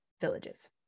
villages